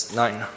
nine